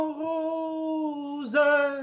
rose